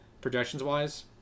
projections-wise